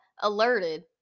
alerted